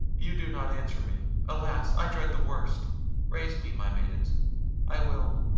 you do not answer me alas! i dread the worst raise me, my maidens i will,